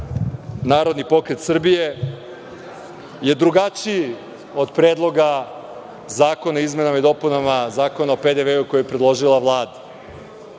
Narodni pokret Srbije je drugačiji od Predloga zakona o izmenama i dopunama Zakona o PDV, koji je predložila